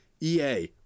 ea